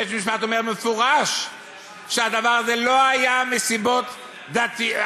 בית-המשפט אומר במפורש שהדבר הזה לא היה מסיבות עדתיות.